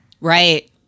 Right